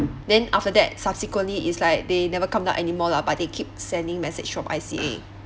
then after that subsequently is like they never come down anymore lah but they keep sending message from I_C_A